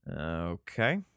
Okay